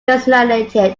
designated